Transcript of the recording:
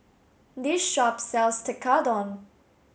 this shop sells Tekkadon